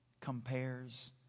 compares